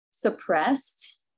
suppressed